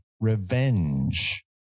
revenge